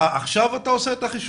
אתה עושה את החישוב?